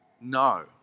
No